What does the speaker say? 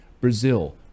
Brazil